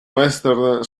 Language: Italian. western